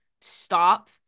stop